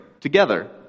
together